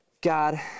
God